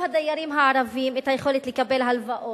הדיירים הערבים היכולת לקבל הלוואות,